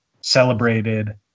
celebrated